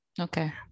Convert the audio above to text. Okay